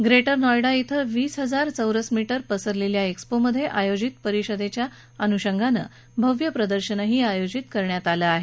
greater नॉयडात वीस हजार चौरस मीटर पसरलेल्या एक्स्पो मध्ये आयोजित परिषदेच्या अनुषंगाने भव्य प्रदर्शनही आयोजित करण्यात आले आहे